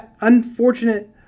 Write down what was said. unfortunate